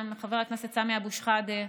חבר הכנסת סמי אבו שחאדה,